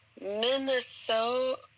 minnesota